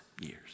years